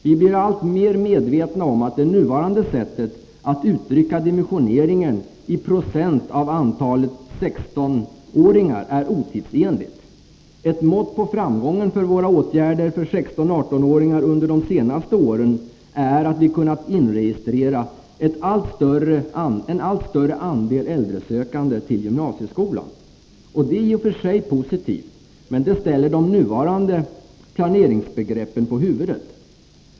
Vi blir alltmer medvetna om att det nuvarande sättet att uttrycka dimensioneringen i procent av antalet 16-åringar är otidsenligt. Ett mått på framgången med våra åtgärder för 16-18-åringarna under de senaste åren är att vi kunnat inregistrera en allt större andel äldresökande till gymnasieskolan. Och det är i och för sig positivt, men det ställer de nuvarande planeringsbegreppen på huvudet.